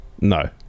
No